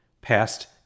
past